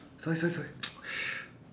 sorry sorry sorry